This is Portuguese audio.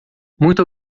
muito